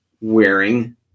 wearing